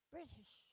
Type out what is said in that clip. British